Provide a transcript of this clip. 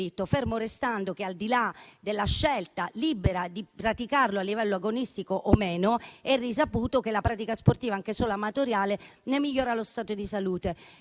fermo restando che, al di là della scelta libera di praticarlo o meno a livello agonistico, è risaputo che la pratica sportiva, anche solo amatoriale, migliora lo stato di salute.